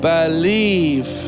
Believe